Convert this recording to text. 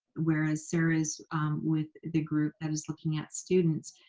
whereas sara is with the group that is looking at students.